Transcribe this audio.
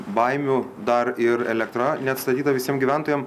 baimių dar ir elektra neatstatyta visiem gyventojam